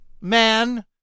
Man